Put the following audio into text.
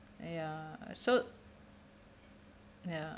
ya so ya